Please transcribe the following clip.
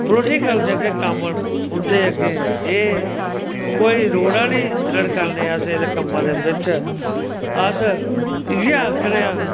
political जेह्ड़े कम्म न उंदे अग्गे एह् कोई रोड़ा नी रड़कने ने अस इस कम्म दे बिच्च अस इयै अक्खने आं